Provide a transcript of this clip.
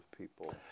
people